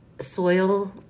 soil